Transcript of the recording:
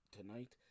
Tonight